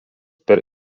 per